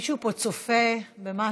מישהו פה צופה במשהו.